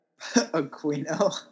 Aquino